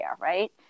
Right